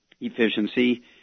efficiency